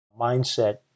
mindset